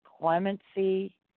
clemency